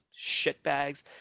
shitbags